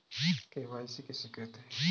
KYC किसे कहते हैं?